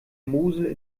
mosel